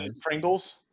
pringles